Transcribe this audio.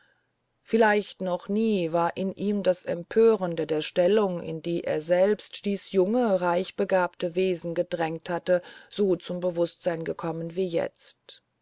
vielleicht noch nie war in ihm das empörende der stellung in die er selbst dies junge reichbegabte wesen gedrängt hatte so zum bewußtsein gekommen wie jetzt